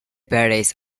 parish